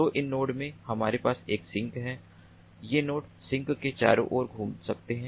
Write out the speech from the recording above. तो इन नोड में हमारे पास एक सिंक है ये नोड सिंक के चारों ओर घूम सकते हैं